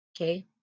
okay